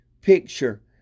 picture